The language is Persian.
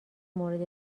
مورد